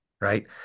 Right